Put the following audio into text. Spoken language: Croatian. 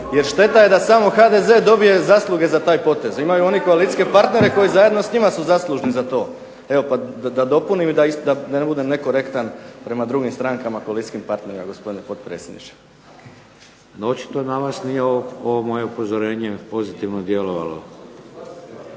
jer šteta je da samo HDZ dobije zasluge za taj potez, imaju one koalicijske partnere koji zajedno s njima su zaslužni za to, evo pa da dopunim i da ne budem nekorektan prema drugim strankama koalicijskih partnera gospodine potpredsjedniče. **Šeks, Vladimir (HDZ)** Očito na vas nije ovo moje upozorenje pozitivno djelovalo.